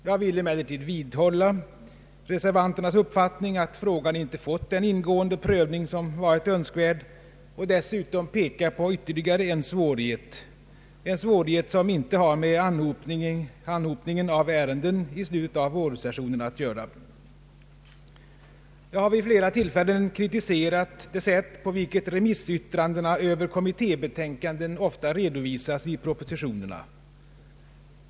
Jag vill emellertid vidhålla reservanternas uppfattning att frågan inte har fått den ingående prövning som varit önskvärd och dessutom peka på ytterligare en svårighet, en svårighet som inte har med anhopningen av ärenden i slutet av vårsessionen att göra. Jag har vid flera tillfällen kritiserat det sätt på vilket remissyttranden över kommittébetänkanden ofta redovisas i propositionerna.